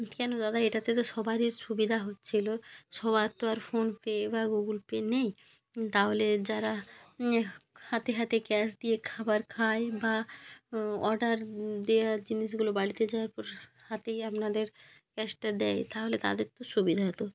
কেন দাদা এটাতে তো সবারই সুবিধা হচ্ছিল সবার তো আর ফোনপে বা গুগুল পে নেই তাহলে যারা হাতে হাতে ক্যাশ দিয়ে খাবার খায় বা অর্ডার দেওয়ার জিনিসগুলো বাড়িতে যাওয়ার পর হাতেই আপনাদের ক্যাশটা দেয় তাহলে তাদের তো সুবিধা হতো